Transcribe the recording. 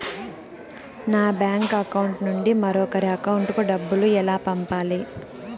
నా bank account నుండి మరొకరి అకౌంట్ కు డబ్బులు ఎలా పంపాలి